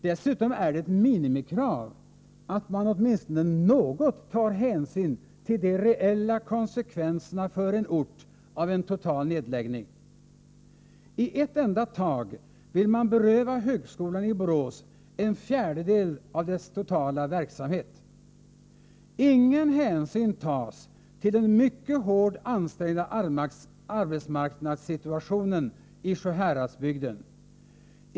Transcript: Dessutom är det ett minimikrav att man åtminstone något tar hänsyn till de reella konsekvenserna för en ort av en total nedläggning. I ett enda tag vill man beröva högskolan i Borås en fjärdedel av dess totala verksamhet. Ingen hänsyn tas till den mycket hårt ansträngda arbetsmarknadssituationen i Sjuhäradsbygden.